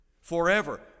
forever